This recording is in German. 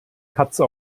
katze